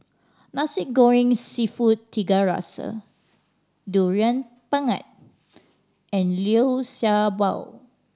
Nasi Goreng Seafood Tiga Rasa Durian Pengat and Liu Sha Bao